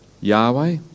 Yahweh